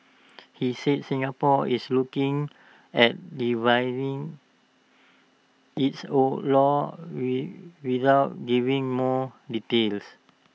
he said Singapore is looking at revising its laws with without giving more details